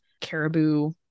caribou